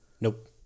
Nope